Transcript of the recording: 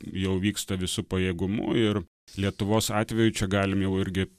jau vyksta visu pajėgumu ir lietuvos atveju čia galim jau irgi